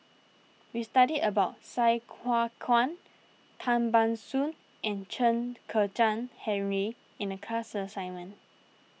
we studied about Sai Hua Kuan Tan Ban Soon and Chen Kezhan Henri in the class assignment